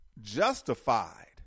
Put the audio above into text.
justified